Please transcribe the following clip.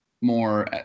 more